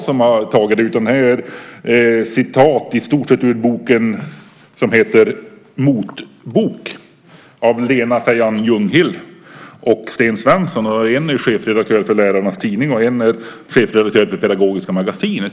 I stort sett är de ett citat ur boken Motbok - om det ideologiska sveket mot skolan av Lena Fejan Ljunghill och Sten Svensson. En av dem är chefredaktör för Lärarnas tidning, och den andre är chefredaktör för Pedagogiska magasinet.